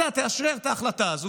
אתה תאשרר את ההחלטה הזאת,